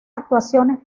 actuaciones